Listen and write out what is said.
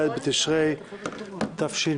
ד' בתשרי התשפ"א,